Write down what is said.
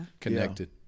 connected